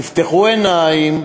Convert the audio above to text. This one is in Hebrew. תפקחו עיניים,